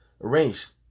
arranged